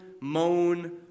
moan